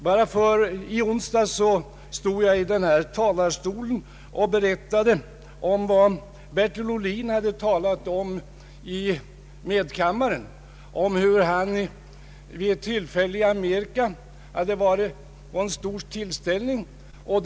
Så sent som i onsdags stod jag i den na talarstol och berättade om vad Bertil Ohlin talat om i medkammaren. Han hade vid ett tillfälle varit på en stor tillställning i Amerika.